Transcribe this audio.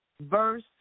Verse